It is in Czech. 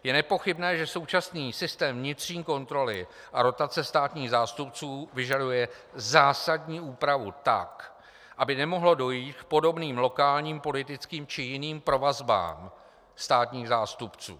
Je nepochybné, že současný systém vnitřní kontroly a rotace státních zástupců vyžaduje zásadní úpravu tak, aby nemohlo dojít k podobným lokálním politickým či jiným provazbám státních zástupců.